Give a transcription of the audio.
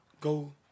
Go